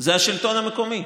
זה השלטון המקומי.